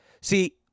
see